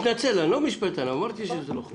אני מתנצל, אני לא משפטן, אמרתי שזה לא חוקי.